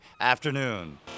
afternoon